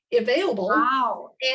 Available